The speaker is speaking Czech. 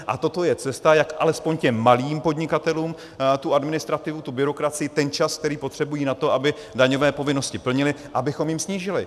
A toto je cesta, jak alespoň malým podnikatelům tu administrativu, byrokracii, ten čas, který potřebují na to, aby daňové povinnosti plnili, abychom jim snížili.